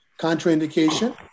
contraindication